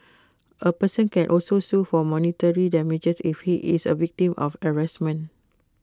A person can also sue for monetary damages if he is A victim of harassment